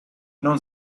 non